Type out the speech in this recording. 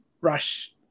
rush